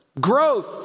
growth